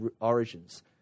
origins